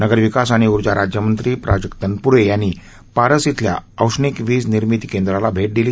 नगर विकास आणि ऊर्जा राज्यमंत्री प्राजक्ता तनप्रे यांनी पारस इथल्या औष्णिकविज निर्मिती केंद्राला भे दिली